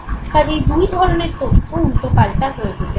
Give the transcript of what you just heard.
কাজেই দুই ধরণের তথ্য উল্টোপাল্টা হয়ে যেতে পারে